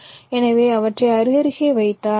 எனவே அவற்றை அருகருகே வைத்தால் வி